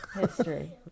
History